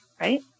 right